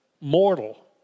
mortal